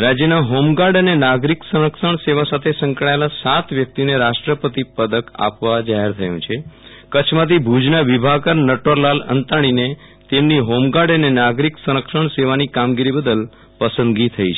વિરલ રાણા રાષ્ટ્રપતિ પદક રાજ્યના હોમગાર્ડ અને નાગરિક સંરક્ષણ સેવા સાથે સંકળાયેલા સાત વ્યક્તિઓને રાષ્ટ્રપતિ પદક આપવા જાહેર થયુ છે કચ્છમાંથી ભુજના વિભાકર નટવરલાલ અંતાણીને તેમની હોમગાર્ડ અને નાગરિક સંરક્ષણ સેવાની કામગીરી બદલ પસંદગી થઈ છે